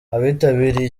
abitabiriye